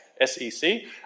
S-E-C